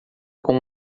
com